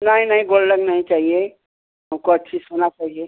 नही नही गोल्डन नही चाहिए हमको अच्छा सोना चाहिए